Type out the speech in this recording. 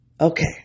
Okay